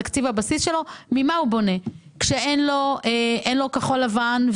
בתקציב הבסיס שלו ממה הוא בונה כשאין לו כחול לבן,